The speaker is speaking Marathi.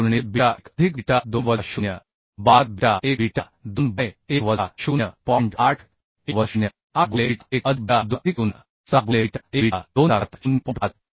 2 गुणिले बीटा 1 अधिक बीटा 2 वजा 0 12 बीटा 1 बीटा 2 बाय 1 वजा 0 1 वजा 0 8 बीटा 1 अधिक बीटा 2 अधिक 0 6 बीटा 1 बीटा 2 संपूर्ण ते 0 5